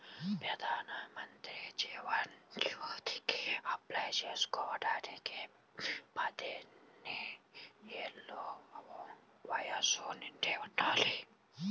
ప్రధానమంత్రి జీవన్ జ్యోతికి అప్లై చేసుకోడానికి పద్దెనిది ఏళ్ళు వయస్సు నిండి ఉండాలి